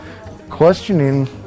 questioning